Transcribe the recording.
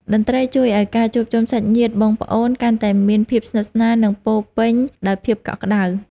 តន្ត្រីជួយឱ្យការជួបជុំសាច់ញាតិបងប្អូន កាន់តែមានភាពស្និទ្ធស្នាល និងពោរពេញដោយភាពកក់ក្ដៅ។